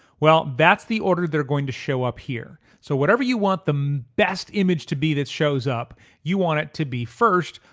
well that's the order they're going to show up here. so whatever you want the best image to be that shows up you want it to be first,